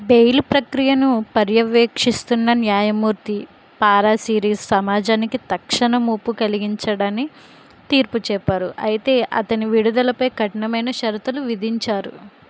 bail ప్రక్రియను పర్యవేక్షిస్తున్న న్యాయమూర్తి పారాసీరీస్ సమాజానికి తక్షణ ముప్పు కలిగించడని తీర్పు చెప్పారు అయితే అతని విడుదలపై కఠినమైన షరతులు విధించారు